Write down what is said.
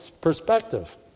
perspective